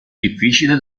difficili